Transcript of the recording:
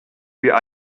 wir